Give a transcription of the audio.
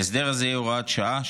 ההסדר הזה יהיה הוראת שעה,